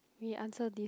we answer this